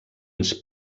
ens